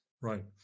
Right